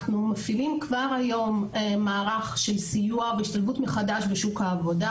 אנחנו מפעילים כבר היום מערך של סיוע והשתלבות מחדש בשוק העבודה,